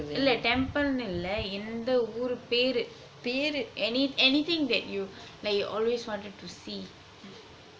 இல்ல:illa temple இல்ல எந்த ஊரு பேரு:illa entha ooru peru anything that you always wanted to see